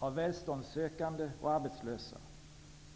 att välståndssökande och arbetslösa folkvandrar till väst.